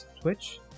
Twitch